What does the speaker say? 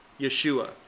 Yeshua